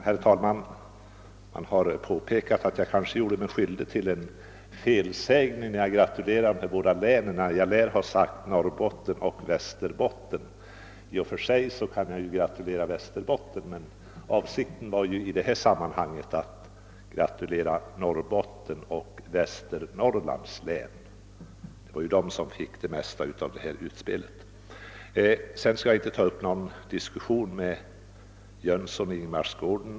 Herr talman! Man har påpekat att jag kanske gjorde mig skyldig till en felsägning när jag gratulerade de här båda länen eftersom jag lär ha sagt Norrbotten och Västerbotten. I och för sig kan jag ju gratulera Västerbotten, men avsikten i detta sammanhang var att gratulera Norrbottens län och Västernorrlands län då det mesta av utspelet gäller dem. Jag skall inte ta upp någon diskussion med herr Jönsson i Ingemarsgården.